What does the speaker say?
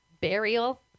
burial